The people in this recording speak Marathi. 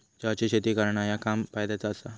चहाची शेती करणा ह्या काम फायद्याचा आसा